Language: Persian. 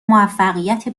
موفقیت